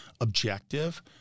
objective